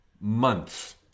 months